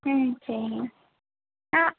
ம் சரிங்க ஆ